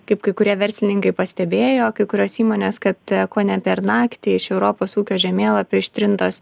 kaip kai kurie verslininkai pastebėjo kai kurios įmonės kad kone per naktį iš europos ūkio žemėlapio ištrintos